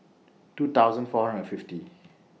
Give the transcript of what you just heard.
two thousand four hundred and fifty